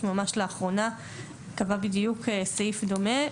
ממש לאחרונה קבע בדיוק סעיף דומה,